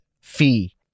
fee